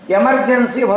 emergency